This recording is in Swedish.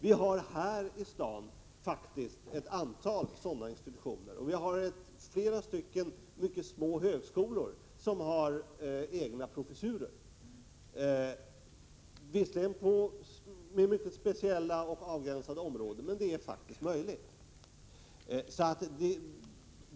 Vi har här i Stockholm ett antal sådana institutioner, och vi har flera mycket små högskolor med egna professurer. Visserligen gäller det mycket speciella och avgränsade områden, men det är ändå möjligt.